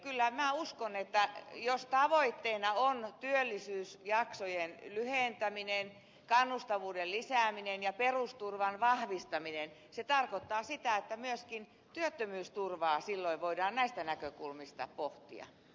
kyllä minä uskon että jos tavoitteena on työllisyysjaksojen lyhentäminen kannustavuuden lisääminen ja perusturvan vahvistaminen se tarkoittaa sitä että myöskin työttömyysturvaa silloin voidaan näistä näkökulmista pohtia